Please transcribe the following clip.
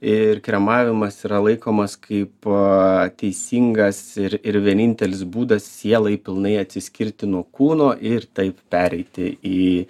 ir kremavimas yra laikomas kaipo teisingas ir ir ir vienintelis būdas sielai pilnai atsiskirti nuo kūno ir taip pereiti į